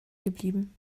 geblieben